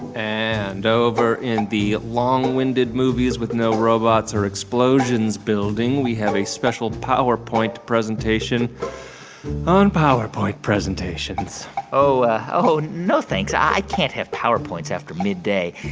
and over in the long-winded movies with no robots or explosions building, we have a special powerpoint presentation on powerpoint presentations oh. ah oh, no, thanks. i can't have powerpoints after midday.